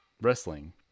wrestling